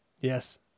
Yes